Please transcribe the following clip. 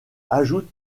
ajoute